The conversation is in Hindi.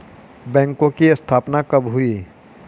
बैंकों की स्थापना कब हुई?